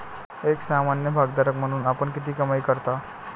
एक सामान्य भागधारक म्हणून आपण किती कमाई करता?